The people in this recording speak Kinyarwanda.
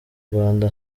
rwanda